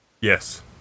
Yes